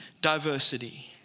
diversity